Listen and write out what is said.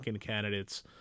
candidates